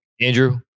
Andrew